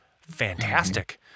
fantastic